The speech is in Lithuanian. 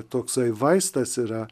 toksai vaistas yra